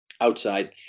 outside